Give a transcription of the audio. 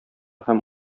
һәм